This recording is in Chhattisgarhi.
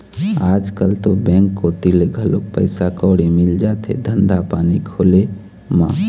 आजकल तो बेंक कोती ले घलोक पइसा कउड़ी मिल जाथे धंधा पानी खोले म